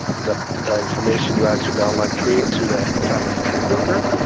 the the information you add to the online tree to the family tree builder.